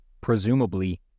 presumably